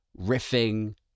riffing